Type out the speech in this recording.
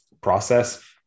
process